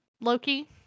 Loki